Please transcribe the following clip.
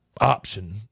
option